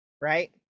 right